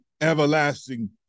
everlasting